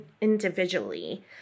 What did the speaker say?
individually